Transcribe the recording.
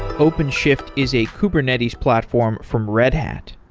ah openshift is a kubernetes platform from red hat.